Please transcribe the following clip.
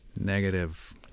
Negative